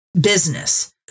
business